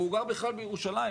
והוא גר בכלל בירושלים,